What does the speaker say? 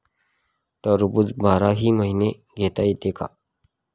टरबूज बाराही महिने घेता येते का?